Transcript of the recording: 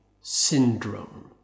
syndrome